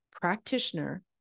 practitioner